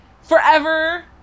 forever